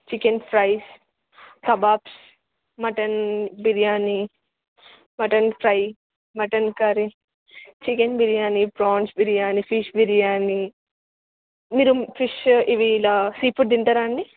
chicken fries kebabs mutton biryani mutton fry mutton curry chicken biryani prawns biryani fish biryani మీరు fish ఇవి ఇలా seafood తింటారా అండి